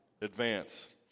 advance